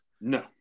No